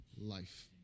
life